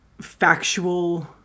factual